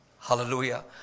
Hallelujah